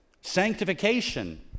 Sanctification